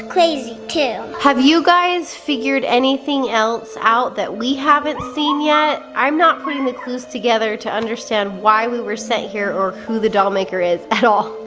crazy too. have you guys figured anything else out that we haven't seen yet? i'm not putting the clues together to understand why we were sent here or who the doll maker is at all.